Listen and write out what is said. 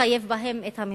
לחייב בהן את הממשלה.